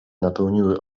napełniły